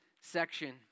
section